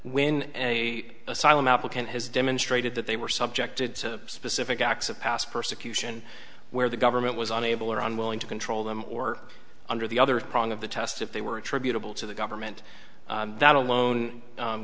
when a asylum applicant has demonstrated that they were subjected to specific acts of past persecution where the government was unable or unwilling to control them or under the other problem of the test if they were attributable to the government that alone